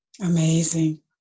Amazing